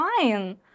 fine